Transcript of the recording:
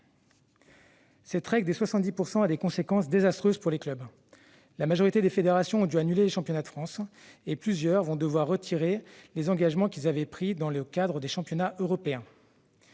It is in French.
Cette règle des 70 % a des conséquences désastreuses pour les clubs. La majorité des fédérations ont dû annuler les championnats de France et plusieurs devront rompre les engagements qu'ils avaient pris dans le cadre des championnats européens.